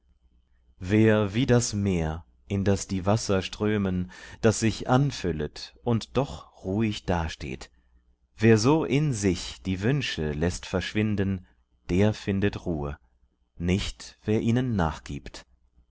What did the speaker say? wer wie das meer in das die wasser strömen das sich anfüllet und doch ruhig dasteht wer so in sich die wünsche läßt verschwinden der findet ruhe nicht wer ihnen nachgibt